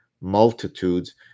multitudes